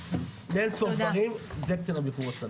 לאינספור דברים, זה קצין הביקור הסדיר.